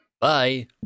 Bye